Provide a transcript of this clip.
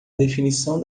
definição